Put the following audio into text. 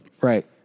right